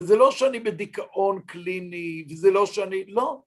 זה לא שאני בדיכאון קליני, זה לא שאני... לא.